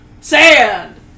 Sand